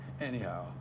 Anyhow